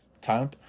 Time